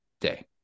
day